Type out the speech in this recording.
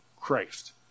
Christ